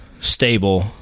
stable